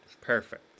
perfect